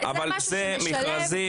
אבל זה מכרזים,